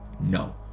No